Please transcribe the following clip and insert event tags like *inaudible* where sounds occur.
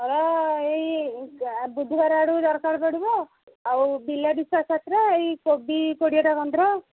ହଁ ଏଇ ବୁଧବାର ଆଡ଼କୁ ଦରକାର ପଡ଼ିବ ଆଉ ବିଲାତି ଛଅ ସାତେଟା ଏଇ କୋବି କୋଡ଼ିଏଟା *unintelligible*